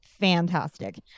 Fantastic